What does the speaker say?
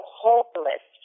hopeless